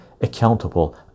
accountable